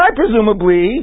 presumably